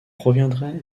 proviendrait